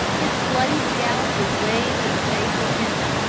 his bloody scalp was waved in the face of kenton,